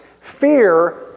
Fear